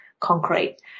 concrete